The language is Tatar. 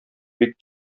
бик